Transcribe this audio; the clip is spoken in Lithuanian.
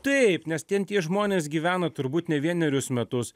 taip nes ten tie žmonės gyvena turbūt ne vienerius metus